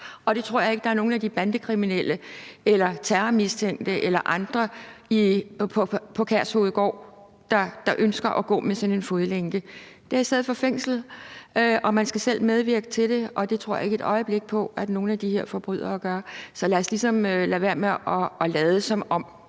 tror jeg ikke at der er nogen af de bandekriminelle eller terrormistænkte eller andre på Kærshovedgård der ønsker at gå med. Det er i stedet for fængsel, og man skal selv medvirke til det, og det tror jeg ikke et øjeblik på at nogen af de her forbrydere gør. Så lad os ligesom lade være med at lade, som om